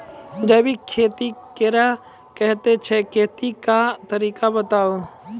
जैबिक खेती केकरा कहैत छै, खेतीक तरीका बताऊ?